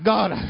God